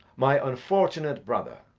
my unfortunate brother.